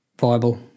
viable